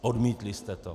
Odmítli jste to.